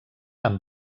amb